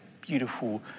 beautiful